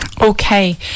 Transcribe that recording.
Okay